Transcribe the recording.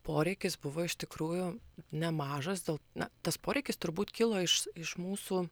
poreikis buvo iš tikrųjų nemažas dėl na tas poreikis turbūt kilo iš iš mūsų